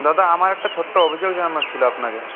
দাদা আমার একটা ছোট্ট অভিযোগ জানানোর ছিলো আপনাকে